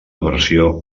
versió